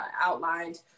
outlined